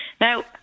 Now